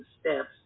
steps